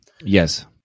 Yes